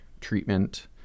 treatment